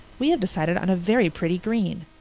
we have decided on a very pretty green.